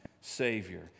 Savior